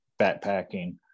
backpacking